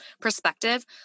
perspective